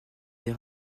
des